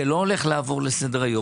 זה לא הולך לעבור לסדר-היום.